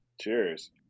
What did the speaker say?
Cheers